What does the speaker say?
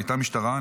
הייתה משטרה.